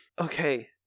Okay